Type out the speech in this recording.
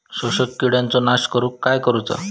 शोषक किडींचो नाश करूक काय करुचा?